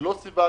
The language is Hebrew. שלא סווג